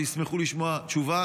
וישמחו לשמוע תשובה.